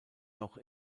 noch